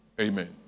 Amen